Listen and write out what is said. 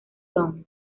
town